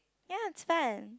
ya it's fun